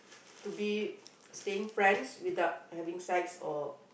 to be staying friends without having sex or